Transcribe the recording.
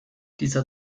dieser